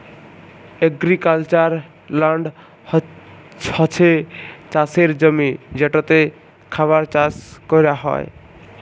agricultural land হছে চাষের জমি যেটতে খাবার চাষ ক্যরা হ্যয়